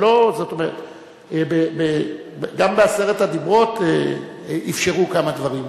גם בעשרת הדיברות אפשרו כמה דברים.